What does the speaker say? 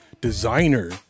designer